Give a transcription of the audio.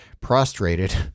prostrated